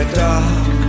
dark